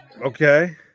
Okay